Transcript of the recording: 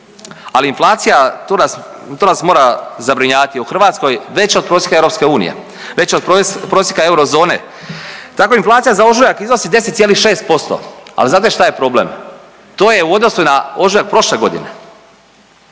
ali inflacija to nas, to nas mora zabrinjavati, u Hrvatskoj je veća od prosjeka EU, veća od prosjeka Eurozone, tako inflacija za ožujak iznosi 10,6%, al znate šta je problem? To je u odnosu na ožujak prošle godine,